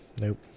Nope